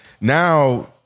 now